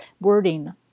wording